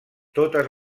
totes